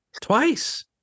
Twice